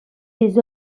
des